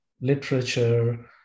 literature